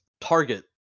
Target